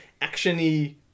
action-y